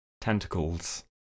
Tentacles